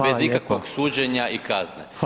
bez ikakvog suđenja i kazne.